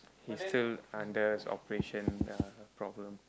he's still under operation uh problem